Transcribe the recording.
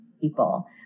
people